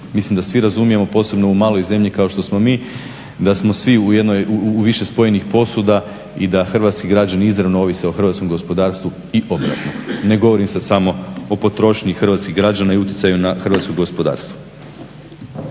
mislim da svi razumijemo, posebno u maloj zemlji kao što smo mi da smo svi u jednoj, u više spojenih posuda i da hrvatski građani izravno ovise o hrvatskom gospodarstvu i obratno. Ne govorim sad samo o potrošnji hrvatskih građana i utjecaju na hrvatsko gospodarstvo.